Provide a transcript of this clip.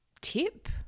tip